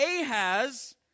Ahaz